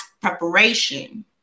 preparation